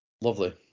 lovely